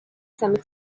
semi